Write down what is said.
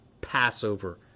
Passover